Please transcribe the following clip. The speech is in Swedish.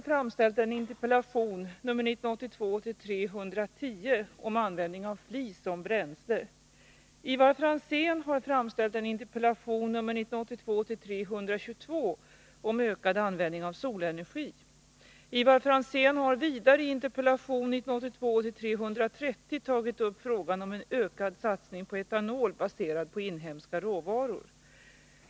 Fru talman! Bertil Jonasson har framställt en interpellation, 1982/83:110, om användning av flis som bränsle.